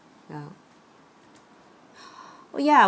ya oh ya